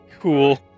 Cool